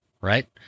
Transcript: right